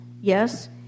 Yes